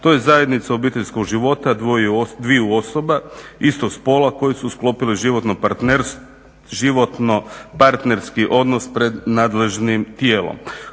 to je zajednica obiteljskog života dviju osoba istog spola koje su sklopile životno parterski odnos pred nadležnim tijelom.